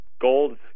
Gold